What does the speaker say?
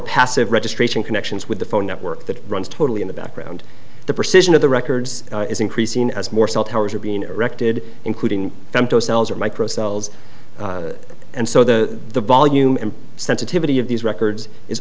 passive registration connections with the phone network that runs totally in the background the precision of the records is increasing as more cell towers are being erected including cells or micro cells and so the the volume and sensitivity of these records is